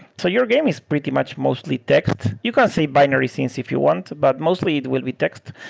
so your game is pretty much mostly text. you can say binary scenes if you want, but mostly it will be text.